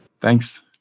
Thanks